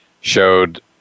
showed